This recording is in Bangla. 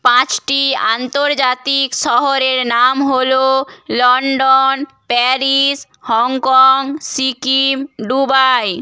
পাঁচটি আন্তর্জাতিক শহরের নাম হলো London Paris Hong Kong Sikkim Dubai